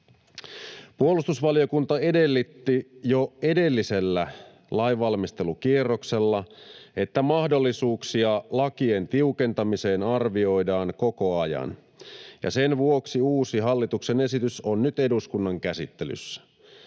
Puolustusvaliokunta edellytti jo edellisellä lainvalmistelukierroksella, että mahdollisuuksia lakien tiukentamiseen arvioidaan koko ajan, ja sen vuoksi uusi hallituksen esitys on nyt eduskunnan käsittelyssä.